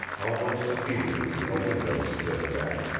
almost immediately a window slid back,